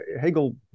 Hegel